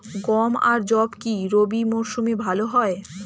গম আর যব কি রবি মরশুমে ভালো হয়?